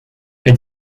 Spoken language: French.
elle